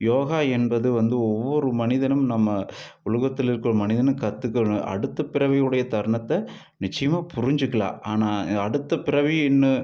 யோகா என்பது வந்து ஒவ்வொரு மனிதனும் நம்ம உலகத்தில் இருக்கிற மனிதனும் கற்றுக்கணும் அடுத்த பிறவியுடைய தருணத்தை நிச்சயமாக புரிஞ்சுக்கலாம் ஆனால் அடுத்த பிறவின்னு